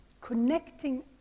connecting